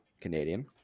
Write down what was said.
canadian